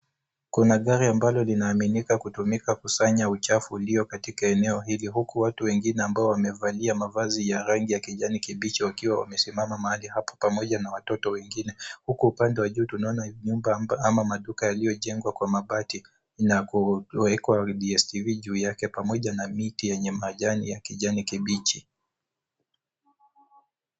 Kuna gari ambalo linaaminika kutumika kusanya uchafu ulio katika eneo hili huku watu wengine ambao wamevalia mavazi ya rangi ya kijani kibichi wakiwa wamesimama mahali hapo pamoja na watoto wengine, huku upande wa juu tunaona nyumba mpya ama maduka yaliyojengwa kwa mabati na kuweka Dstv juu yake pamoja na miti yenye majani ya kijani kibichi.